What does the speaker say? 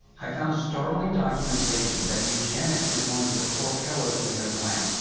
i found startling documentation that eugenics is one of the core pillars of their plan.